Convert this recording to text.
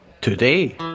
today